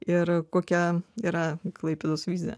ir kokia yra klaipėdos vizija